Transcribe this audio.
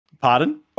Pardon